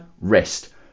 rest